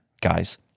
guys